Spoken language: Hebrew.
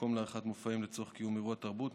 מקום לעריכת מופעים לצורך קיום אירוע תרבות,